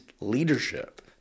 leadership